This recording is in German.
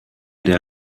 der